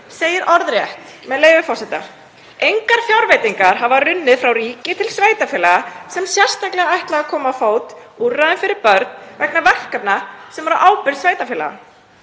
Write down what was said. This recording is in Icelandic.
segir orðrétt, með leyfi forseta: „Engar fjárveitingar hafa runnið frá ríki til sveitarfélaga sem er sérstaklega ætlað að koma á fót úrræðum fyrir börn vegna verkefna sem eru á ábyrgð sveitarfélaga.“